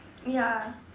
ya